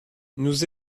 nous